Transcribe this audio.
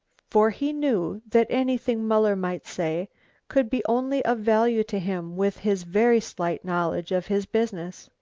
for he knew that anything muller might say could be only of value to him with his very slight knowledge of his business.